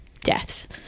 deaths